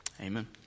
Amen